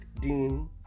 Dean